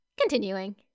Continuing